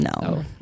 No